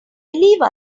believe